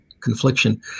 confliction